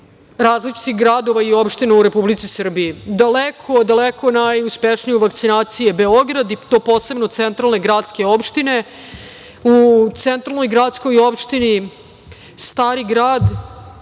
različitih gradova i opština u Republici Srbiji. Daleko, daleko najuspešniji u vakcinaciji je Beograd, i to posebno centralne gradske opštine. U centralnoj gradskoj opštini Stari Grad